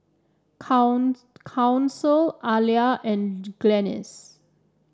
Council Alia and Glennis